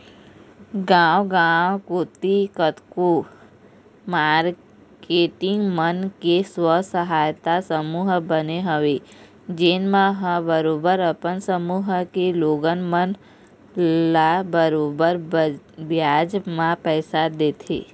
गाँव गाँव कोती कतको मारकेटिंग मन के स्व सहायता समूह बने हवय जेन मन ह बरोबर अपन समूह के लोगन मन ल बरोबर बियाज म पइसा देथे